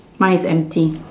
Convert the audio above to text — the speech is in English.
mine is empty